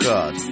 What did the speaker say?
God